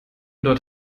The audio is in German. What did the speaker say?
dort